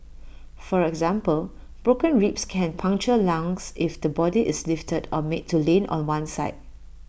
for example broken ribs can puncture lungs if the body is lifted or made to lean on one side